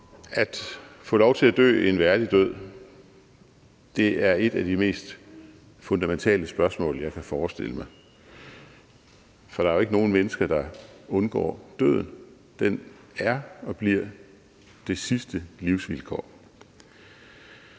At få lov til at dø en værdig død er et af de mest fundamentale spørgsmål, jeg kan forestille mig. For der er jo ikke nogen mennesker, der undgår døden, den er og bliver det sidste livsvilkår.